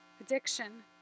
addiction